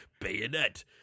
Bayonet